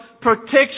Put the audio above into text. protection